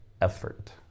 Effort